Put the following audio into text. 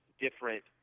different